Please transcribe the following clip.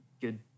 good